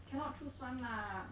cannot choose [one] lah